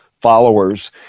followers